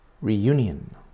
Reunion